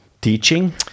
teaching